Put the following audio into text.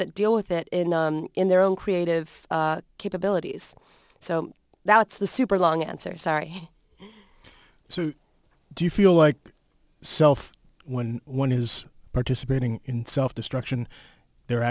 that deal with it in their own creative capabilities so that's the super long answer sorry so do you feel like self when one is participating in self destruction the